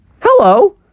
Hello